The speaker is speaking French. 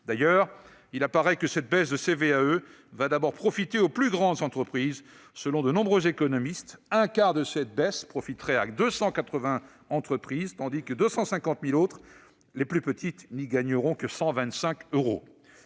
valeur ajoutée des entreprises (CVAE) va d'abord profiter aux plus grandes entreprises. Selon de nombreux économistes, un quart de cette baisse profitera à 280 entreprises, tandis que 250 000 autres, les plus petites, n'y gagneront que 125 euros.